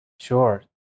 Sure